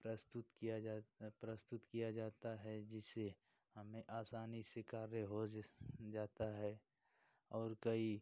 प्रस्तुत किया जा प्रस्तुत जाता है जिससे हमें आसानी से काबे होज जाता है और कई